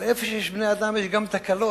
אבל איפה שיש בני-אדם יש גם תקלות.